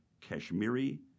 Kashmiri